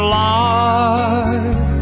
life